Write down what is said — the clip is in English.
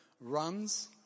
runs